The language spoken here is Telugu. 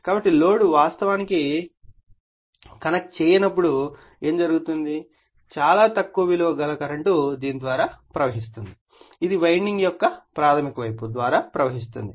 కాబట్టి లోడ్ వాస్తవానికి కనెక్ట్ చేయనప్పుడు ఏమి జరుగుతుంది చాలా తక్కువ విలువ గల కరెంట్ దీని ద్వారా ప్రవహిస్తుంది ఇది వైండింగ్ యొక్క ఈ ప్రాధమిక వైపు ద్వారా ప్రవహిస్తుంది